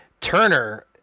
turner